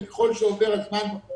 וככל שעובר הזמן אנחנו